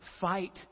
Fight